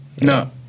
No